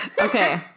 okay